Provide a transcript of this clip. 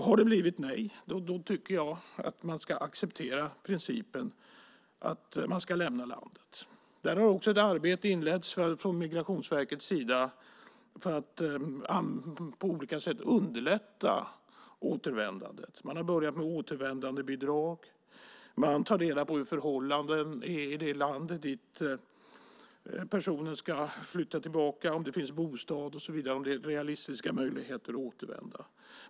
Har det blivit nej tycker jag att man ska acceptera principen att man ska lämna landet. Där har också ett arbete inletts från Migrationsverkets sida för att på olika sätt underlätta återvändandet. Man har börjat med återvändandebidrag. Man tar reda på hur förhållandena är i det land dit personen ska flytta tillbaka, om det finns bostad och så vidare, om det är realistiska möjligheter att återvända.